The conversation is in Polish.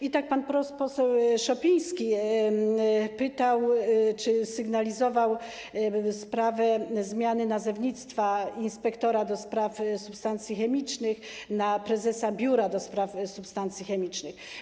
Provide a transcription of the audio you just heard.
I tak pan poseł Szopiński pytał czy sygnalizował sprawę zmiany nazewnictwa: z inspektora do spraw substancji chemicznych na prezesa Biura do spraw Substancji Chemicznych.